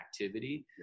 activity